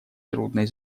трудной